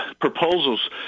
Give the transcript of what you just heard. proposals